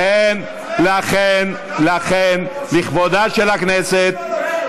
על הקלות שבה אתה צועק עלינו.